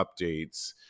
updates